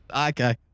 Okay